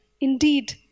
indeed